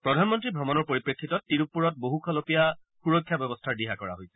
প্ৰধানমন্ত্ৰীৰ ভ্ৰমণৰ পৰিপ্ৰেক্ষিতত তিৰুপ্পুৰত বহু খলপীয়া সুৰক্ষা ব্যৱস্থাৰ দিহা কৰা হৈছে